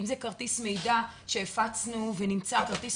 ואם זה כרטיס מידע שהפצנו ונמצא כרטיס